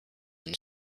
and